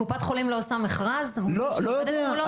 קופת חולים לא עושה מכרז מול מי שהיא עובדת מולו?